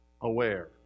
aware